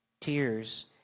Tears